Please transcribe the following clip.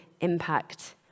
impact